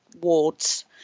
wards